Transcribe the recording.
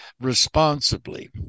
responsibly